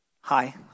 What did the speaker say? hi